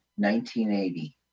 1980